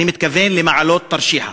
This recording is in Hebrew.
אני מתכוון למעלות-תרשיחא.